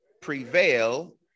prevail